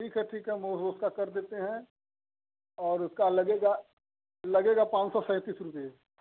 ठीक है ठीक है हम उसका कर देते हैं और उसका लगेगा लगेगा पाँच सौ सैंतीस रुपये